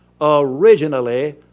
originally